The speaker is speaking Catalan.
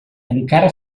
encara